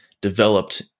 developed